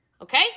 okay